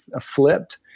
flipped